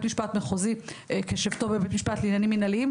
משפט מחוזי כשבתו בבית משפט לעניינים מינהלים,